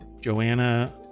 joanna